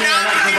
בשביל מה?